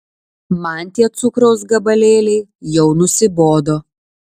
man tie cukraus gabalėliai jau nusibodo